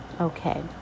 Okay